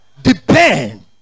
depend